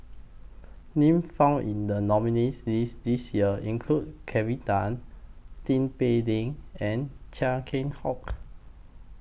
Names found in The nominees' list This Year include Kelvin Tan Tin Pei Ling and Chia Keng Hock